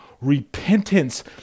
repentance